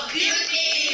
Beauty